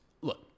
look